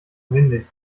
windig